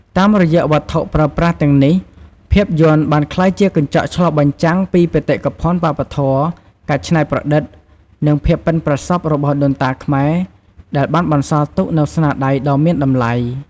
តាមរយៈវត្ថុប្រើប្រាស់ទាំងនេះ ភាពយន្តបានក្លាយជាកញ្ចក់ឆ្លុះបញ្ចាំងពីបេតិកភណ្ឌវប្បធម៌ ការច្នៃប្រឌិត និងភាពប៉ិនប្រសប់របស់ដូនតាខ្មែរ ដែលបានបន្សល់ទុកនូវស្នាដៃដ៏មានតម្លៃ។